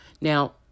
Now